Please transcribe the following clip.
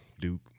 Duke